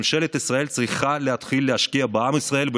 ממשלת ישראל צריכה להתחיל להשקיע בעם ישראל,